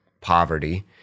poverty